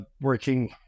working